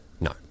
No